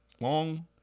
Long